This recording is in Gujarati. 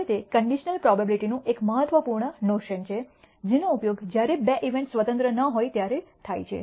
હવે તે કન્ડિશનલ પ્રોબેબીલીટી નું એક મહત્વપૂર્ણ નોશન છે જેનો ઉપયોગ જ્યારે બે ઇવેન્ટ્સ સ્વતંત્ર ન હોય ત્યારે થાય છે